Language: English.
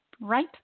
right